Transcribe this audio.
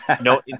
No